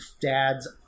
dad's